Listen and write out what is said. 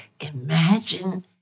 imagine